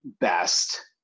best